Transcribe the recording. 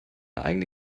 eigene